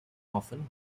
often